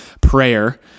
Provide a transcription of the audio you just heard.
prayer